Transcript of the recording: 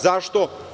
Zašto?